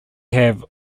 have